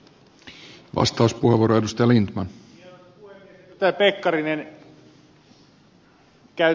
arvoisa puhemies